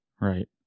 right